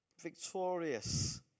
Victorious